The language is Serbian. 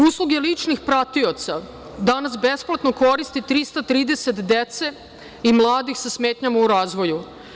Usluge ličnih pratioca danas besplatno koriste 330 dece i mladih sa smetnjama u razvoju.